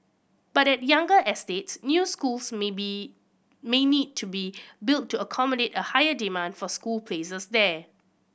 but at younger estates new schools may be may need to be built to accommodate a higher demand for school places there